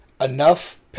enough